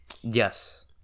Yes